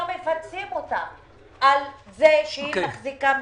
מפצים אותה על כך שהיא מחזיקה משפחתון.